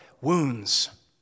Wounds